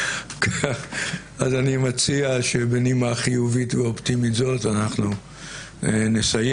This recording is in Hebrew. אז אני מציע שבנימה חיובית ואופטימית זאת אנחנו נסיים.